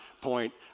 point